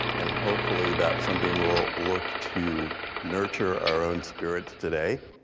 and hopefully that something we'll look to nurture our own spirits today,